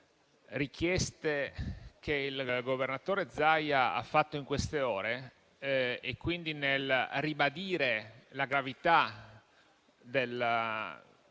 richieste che il governatore Zaia ha fatto in queste ore, e quindi nel ribadire la gravità della